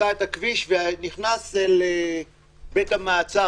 ונכנס לבית המעצר